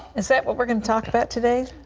is that what we are going to talk about today?